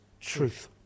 truth